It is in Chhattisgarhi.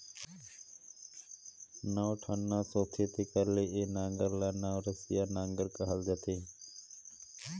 नौ ठन नास होथे तेकर ले ए नांगर ल नवनसिया नागर कहल जाथे